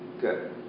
Good